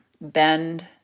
bend